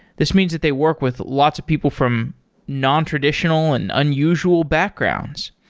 this means that they work with lots of people from nontraditional and unusual backgrounds.